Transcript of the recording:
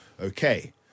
Okay